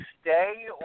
stay